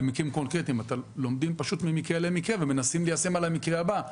במקרים קונקרטיים לומדים פשוט ממקרה למקרה ומנסים ליישם על המקרה הבא.